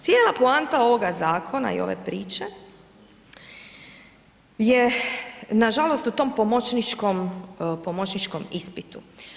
Cijela poanta ovoga zakona i ove priče je nažalost u tom pomoćničkom ispitu.